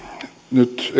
nyt